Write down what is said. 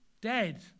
dead